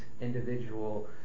individual